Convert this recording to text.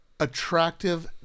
Attractive